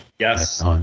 yes